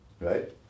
right